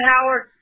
Howard